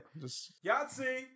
Yahtzee